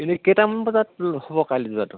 এনে কেইটামান বজাত হ'ব কালি যোৱাটো